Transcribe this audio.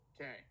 okay